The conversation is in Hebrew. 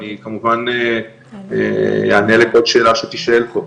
אני כמובן אענה לכל שאלה שתישאל פה.